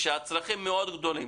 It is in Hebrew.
הצרכים מאוד גדולים.